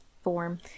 form